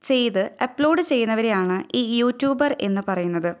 ചെയ്ത് അപ്ലോഡ് ചെയ്യുന്നവരെ ആണ് ഈ യൂറ്റൂബര് എന്ന് പറയുന്നത്